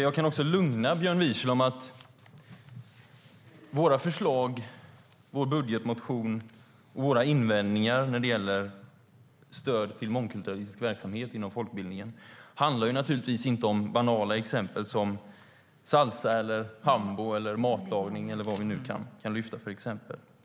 Jag kan också lugna Björn Wiechel med att våra förslag, vår budgetmotion och våra invändningar när det gäller stöd till mångkulturalistisk verksamhet inom folkbildningen naturligtvis inte handlar om banala exempel som salsa, hambo eller matlagning.